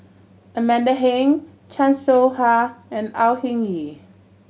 Amanda Heng Chan Soh Ha and Au Hing Yee